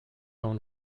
own